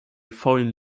foreign